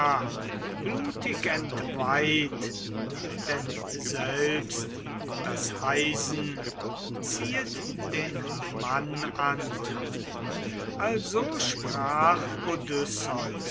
blutig entweiht denn selbst das eisen ziehet den mann an also sprach